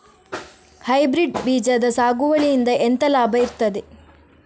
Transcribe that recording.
Hybrid ಬೀಜದ ಸಾಗುವಳಿಯಿಂದ ಎಂತ ಲಾಭ ಇರ್ತದೆ?